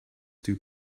dew